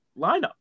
lineup